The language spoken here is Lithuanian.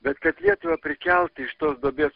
bet kad lietuvą prikelt iš tos duobės